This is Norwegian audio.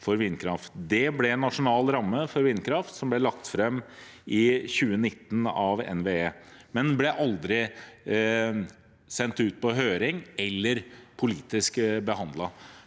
Det ble Nasjonal ramme for vindkraft, som ble lagt fram av NVE i 2019, men aldri sendt ut på høring eller politisk behandlet.